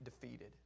defeated